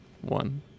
one